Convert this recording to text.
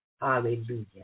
Hallelujah